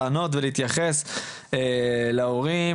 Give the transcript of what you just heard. לענות ולהתייחס להורים.